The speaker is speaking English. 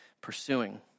pursuing